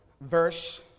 verse